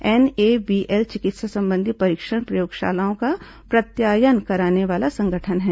NABL चिकित्सा संबंधी परीक्षण प्रयोगशालाओं का प्रत्यायन करने वाला संगठन है